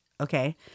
okay